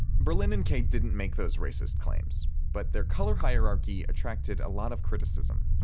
berlin and kay didn't make those racist claims, but their color hierarchy attracted a lot of criticism.